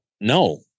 no